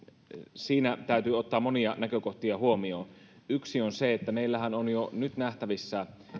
siinä täytyy ottaa monia näkökohtia huomioon yksi on se että meillähän on jo nyt nähtävissä